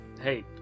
Hey